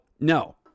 No